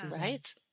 Right